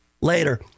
later